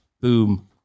Boom